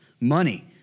money